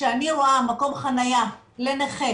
כשאני רואה מקום חנייה לנכה,